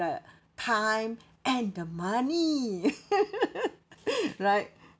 the time and the money right